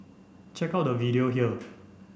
check out the video here